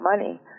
money